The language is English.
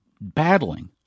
battling